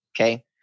okay